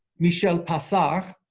michel passart,